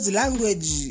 language